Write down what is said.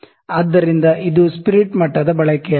ಆದ್ದರಿಂದ ಇದು ಸ್ಪಿರಿಟ್ ಮಟ್ಟದ ಬಳಕೆಯಾಗಿದೆ